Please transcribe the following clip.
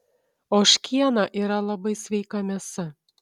ožkiena yra labai sveika mėsa